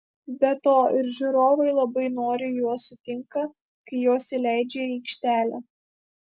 be to ir žiūrovai labai noriai juos sutinka kai juos įleidžia į aikštelę